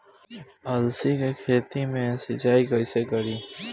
अलसी के खेती मे सिचाई कइसे करी?